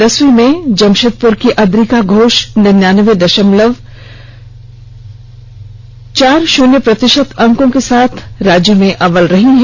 दसवीं में जमशेदपुर की अद्रिका घोष निनानबे दशमलव चार शून्य प्रतिशत अंक के साथ राज्य में अव्वल रही है